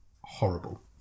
horrible